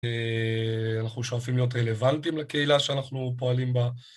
אנחנו שואפים להיות רלוונטיים לקהילה שאנחנו פועלים בה.